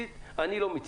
אני לא מיציתי.